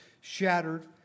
shattered